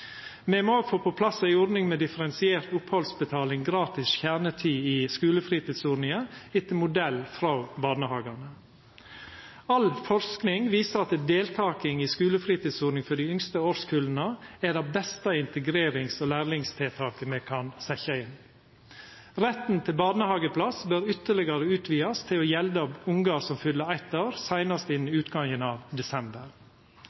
Me må òg få på plass ei ordning med differensiert opphaldsbetaling og gratis kjernetid i skulefritidsordninga etter modell frå barnehagane. All forsking viser at deltaking i skulefritidsordning for dei yngste årskulla er det beste integrerings- og læringstiltaket me kan setja inn. Retten til barnehageplass bør ytterlegare utvidast til å gjelda ungar som fyller eitt år seinast innan